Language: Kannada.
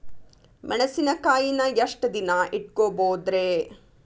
ಮೆಣಸಿನಕಾಯಿನಾ ಎಷ್ಟ ದಿನ ಇಟ್ಕೋಬೊದ್ರೇ?